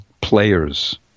players